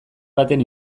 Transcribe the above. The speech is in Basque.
baten